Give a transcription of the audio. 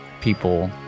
people